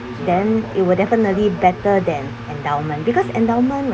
then it will definitely better than endowment because endowment